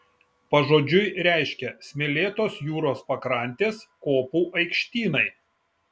pažodžiui reiškia smėlėtos jūros pakrantės kopų aikštynai